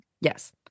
Yes